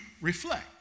reflect